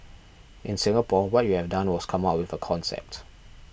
in Singapore what we have done was come up with a concept